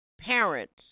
parents